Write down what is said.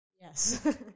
yes